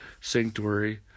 sanctuary